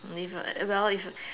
if I well if